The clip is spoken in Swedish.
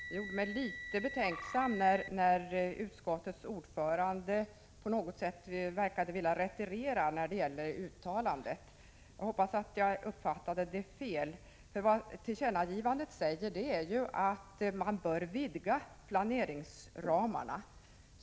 Det gjorde mig litet betänksam när utskottets ordförande tycktes vilja retirera när det gällde innebörden i uttalandet. Jag hoppas att jag uppfattade det fel. Vad som sägs i tillkännagivandet är ju att man bör vidga planeringsramarna.